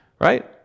Right